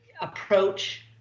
approach